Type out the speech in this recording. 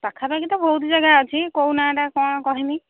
ପାଖା ପାଖି ତ ବହୁତ ଜାଗା ଅଛି କେଉଁ ନାଁ ଟା କ'ଣ କହିମି